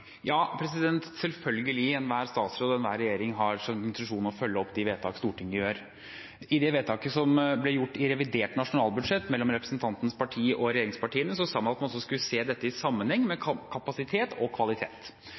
og enhver regjering har som intensjon å følge opp de vedtak Stortinget gjør. I det vedtaket som ble gjort i revidert nasjonalbudsjett av representantens parti og regjeringspartiene, sa man at man også skulle se dette i sammenheng med kapasitet og kvalitet.